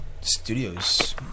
studios